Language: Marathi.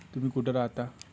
तुम्ही कुठं राहता